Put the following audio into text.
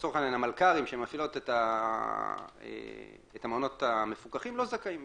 לצורך העניין המלכ"רים שמפעילות את המעונות המפוקחים לא זכאים,